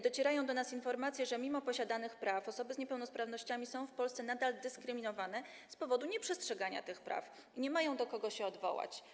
Docierają do nas informacje, że mimo posiadanych praw osoby z niepełnosprawnościami są w Polsce nadal dyskryminowane - czego powodem jest nieprzestrzeganie tych praw - i nie mają się do kogo odwołać.